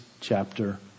chapter